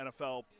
NFL